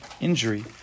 injury